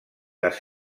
les